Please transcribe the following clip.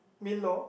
mean law